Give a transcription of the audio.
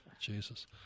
Jesus